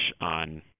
on